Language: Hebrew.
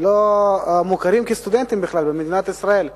ולא מוכרים כסטודנטים בכלל במדינת ישראל.